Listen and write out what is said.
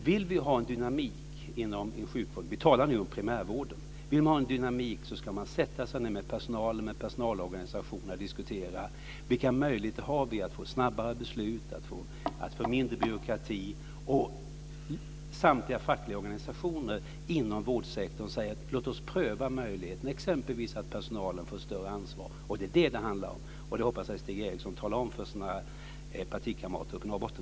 Vill man ha en dynamik inom sjukvården - vi talar nu om primärvården - ska man sätta sig ned med personalen och personalorganisationerna och diskutera vilka möjligheter man har att få snabbare beslut och mindre byråkrati. Samtliga fackliga organisationer inom vårdsektorn säger: Låt oss pröva möjligheten, exempelvis genom att personalen får större ansvar. Det är det som det handlar om, och det hoppas jag att Stig Eriksson talar om för sina partikamrater uppe i Norrbotten.